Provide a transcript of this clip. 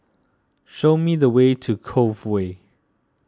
show me the way to Cove Way